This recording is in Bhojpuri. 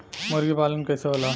मुर्गी पालन कैसे होला?